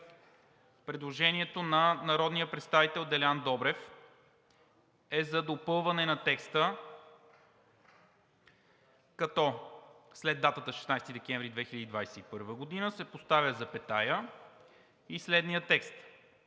Предложението на народния представител Делян Добрев е за допълване на текста, като след датата „16 декември 2021 г.“ се поставя запетая и се